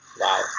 Wow